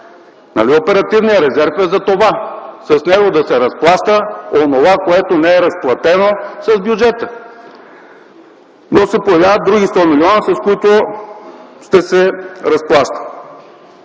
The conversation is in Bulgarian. Нали оперативният резерв е за това – с него да се разплаща онова, което не е разплатено с бюджета?! Но се появяват други 100 милиона, с които ще се разплаща.